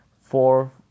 Four